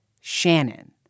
Shannon